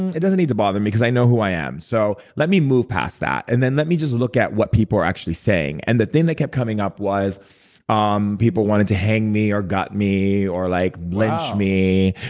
it doesn't need to bother me because i know who i am. so let me move past that. and then let me just look at what people are actually saying. and the thing that kept coming up was um people wanted to hang me or gut me or like lynch me,